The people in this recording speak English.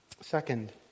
Second